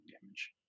damage